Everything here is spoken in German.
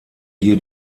hier